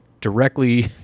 directly